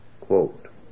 quote